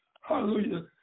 Hallelujah